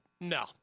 No